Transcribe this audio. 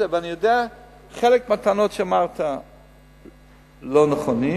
חלק מהטענות שאמרת הן לא נכונות,